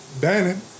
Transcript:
Bannon